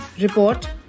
report